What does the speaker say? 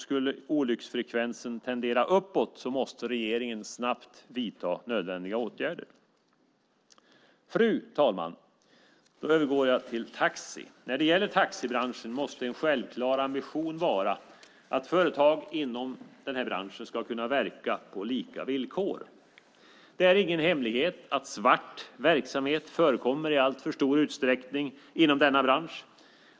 Skulle olycksfrekvensen öka måste regeringen snabbt vidta nödvändiga åtgärder. Fru talman! När det gäller taxibranschen måste en självklar ambition vara att företag inom branschen ska kunna verka på lika villkor. Det är ingen hemlighet att svart verksamhet förekommer i alltför stor utsträckning inom denna bransch.